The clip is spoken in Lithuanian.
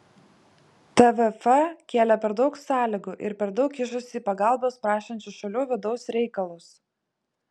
tvf kėlė per daug sąlygų ir per daug kišosi į pagalbos prašančių šalių vidaus reikalus